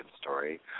story